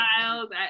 child